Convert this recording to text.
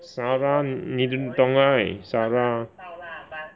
Sara 你懂 right Sara